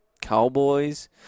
Cowboys